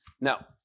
Now